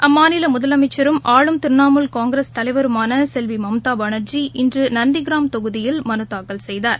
அம்மாநில முதலமைச்சரும் ஆளும் திரிணமூல் காங்கிரஸ் தலைவருமான செல்வி மம்தா பானா்ஜி இன்று நந்திகிராம் தொகுதியில் மனு தாக்கல் செய்தார்